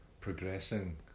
progressing